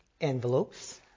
envelopes